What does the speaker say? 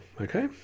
Okay